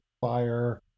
Fire